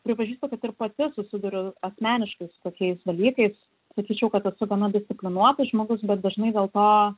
pripažįstu kad ir pati susiduriu asmeniškai su tokiais dalykais sakyčiau kad esu gana disciplinuotas žmogus bet dažnai dėl to